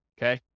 okay